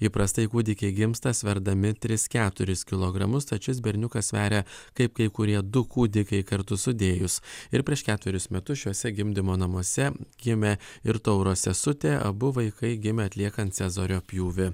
įprastai kūdikiai gimsta sverdami tris keturis kilogramus tad šis berniukas sveria kaip kai kurie du kūdikiai kartu sudėjus ir prieš ketverius metus šiuose gimdymo namuose gimė ir tauro sesutė abu vaikai gimė atliekant cezario pjūvį